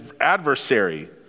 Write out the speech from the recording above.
adversary